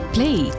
Play